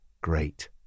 great